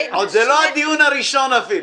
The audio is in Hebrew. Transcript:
זה עוד לא הדיון הראשון אפילו.